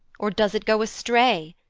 or does it go astray?